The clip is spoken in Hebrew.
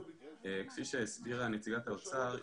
כפי שהסבירה נציגת האוצר,